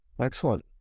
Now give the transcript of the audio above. excellent